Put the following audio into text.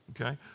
okay